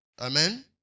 Amen